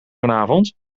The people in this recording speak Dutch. vanavond